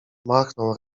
machnął